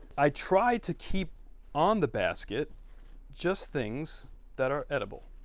i tried to keep on the basket just things that are edible,